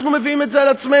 אנחנו מביאים את זה על עצמנו.